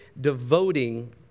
devoting